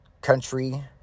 country